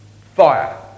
fire